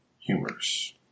humorous